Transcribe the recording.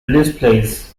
displays